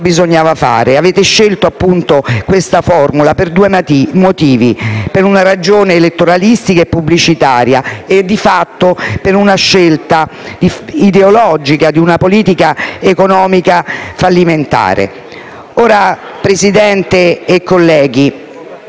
bisognava fare. Avete scelto questa formula per due motivi: per una ragione elettoralistica e pubblicitaria e, di fatto, per la scelta ideologica di una politica economica fallimentare. Signor Presidente, colleghi,